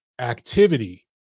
activity